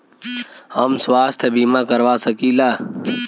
हम स्वास्थ्य बीमा करवा सकी ला?